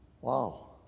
Wow